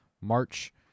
march